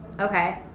okay,